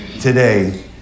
today